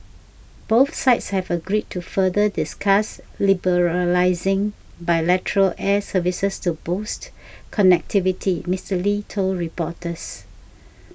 both sides have agreed to further discuss liberalising bilateral air services to boost connectivity Mister Lee told reporters